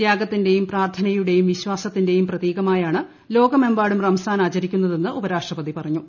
തൃാഗത്തിന്റെയും പ്രാർത്ഥനയുടെയും വിശ്വാസത്തിന്റെയും പ്രതീകമായാണ് ലോകമെമ്പാടും റംസാൻ ആചരിക്കുന്നതെന്ന് ഉപരാഷ്ട്രപതി പറഞ്ഞു